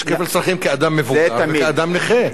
יש כפל צרכים כאדם מבוגר וכאדם נכה.